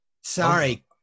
Sorry